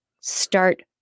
start